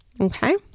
Okay